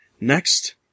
next